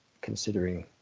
considering